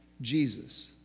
Jesus